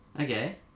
Okay